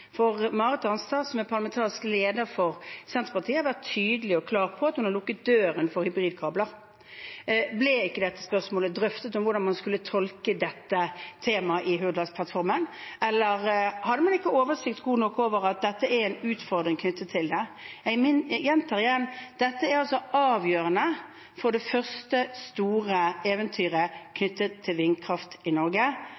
Marit Arnstad, som er parlamentarisk leder for Senterpartiet, har vært tydelig og klar på at man har lukket døren for hybridkabler. Ble det ikke drøftet hvordan man skulle tolke dette temaet i Hurdalsplattformen, eller hadde man ikke god nok oversikt over at dette er en utfordring? Jeg gjentar igjen: Dette er altså avgjørende for det første store eventyret